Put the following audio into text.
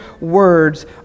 words